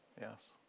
yes